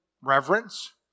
reverence